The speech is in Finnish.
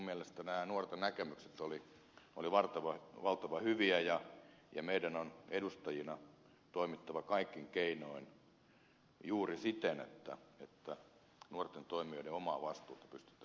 minun mielestäni nämä nuorten näkemykset olivat valtavan hyviä ja meidän on edustajina toimittava kaikin keinoin juuri siten että nuorten toimijoiden omaa vastuuta pystytään lisäämään